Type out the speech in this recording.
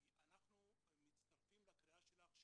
אנחנו מצטרפים לקריאה שלך,